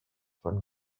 von